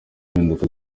impinduka